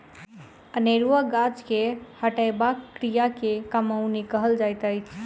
अनेरुआ गाछ के हटयबाक क्रिया के कमौनी कहल जाइत अछि